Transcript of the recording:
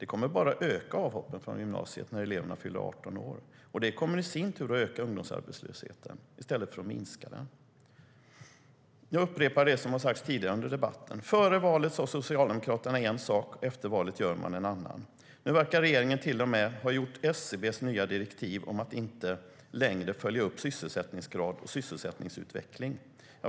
Det kommer bara att öka avhoppen från gymnasiet när eleverna fyller 18 år, och det kommer i sin tur att öka ungdomsarbetslösheten i stället för att minska den. Nu verkar regeringen till och med ha gett SCB nya direktiv om att inte längre följa upp sysselsättningsgrad och sysselsättningsutveckling.